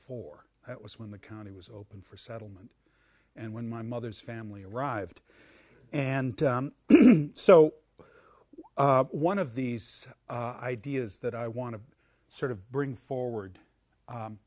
four that was when the county was open for settlement and when my mother's family arrived and so one of these ideas that i want to sort of bring forward